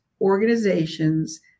organizations